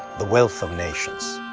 the wealth of nations.